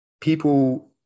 People